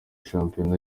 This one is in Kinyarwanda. shampiyona